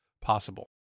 possible